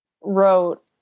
wrote